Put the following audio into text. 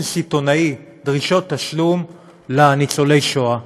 סיטונאי דרישות תשלום לניצולי השואה.